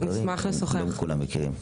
כי לא כולם מכירים.